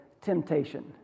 temptation